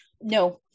No